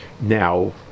now